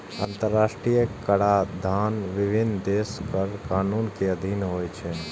अंतरराष्ट्रीय कराधान विभिन्न देशक कर कानून के अधीन होइ छै